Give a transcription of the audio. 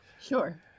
Sure